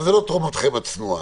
זה לא תרומתכם הצנועה,